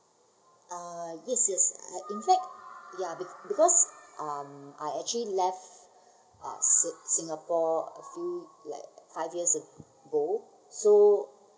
uh yes yes uh in fact ya be~ because um I actually left uh sin~ singapore a few like five years ago so